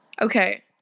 Okay